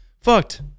fucked